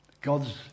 God's